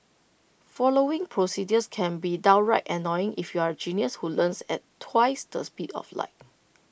following procedures can be downright annoying if you're A genius who learns at twice the speed of light